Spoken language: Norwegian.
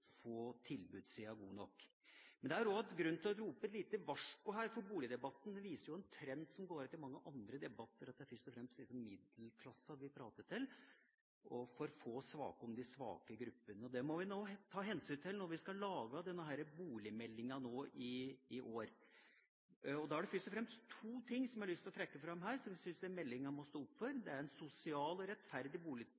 få snakker om de svake gruppene. Det må vi ta hensyn til når vi skal lage boligmeldinga i år. Det er først og fremst to ting som jeg har lyst til å trekke fram her, som jeg syns meldinga må stå opp for.